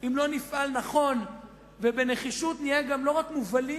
אם לא נפעל נכון ובנחישות, נהיה לא רק מובלים